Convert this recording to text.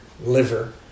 liver